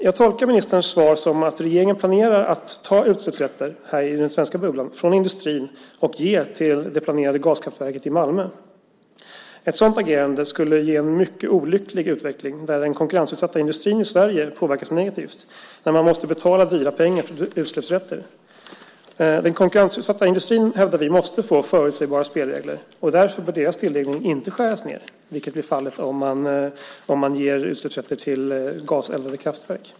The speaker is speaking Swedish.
Jag tolkar ministerns svar som att regeringen i Sverige planerar att ta utsläppsrätter i den svenska bubblan från industrin och ge till det planerade gaskraftverket i Malmö. Ett sådant agerande skulle ge en mycket olycklig utveckling där den konkurrensutsatta industrin i Sverige påverkas negativt när den måste betala dyra pengar för utsläppsrätter. Vi hävdar att den konkurrensutsatta industrin måste få förutsägbara spelregler. Därför bör dess tilldelning inte skäras ned, vilket blir fallet om man ger utsläppsrätter till gaseldade kraftverk.